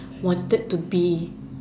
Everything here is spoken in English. wanted to be